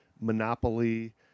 monopoly